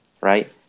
right